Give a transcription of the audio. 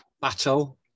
battle